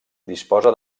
disposa